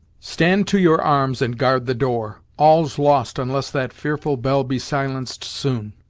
stand to your arms, and guard the door all's lost unless that fearful bell be silenced soon.